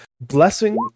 blessing